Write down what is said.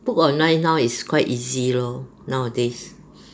book online now is quite easy lor nowadays